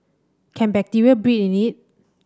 can bacteria breed in it